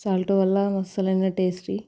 salt వల్ల అసలైన tasty